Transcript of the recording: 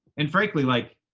and frankly, like,